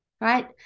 right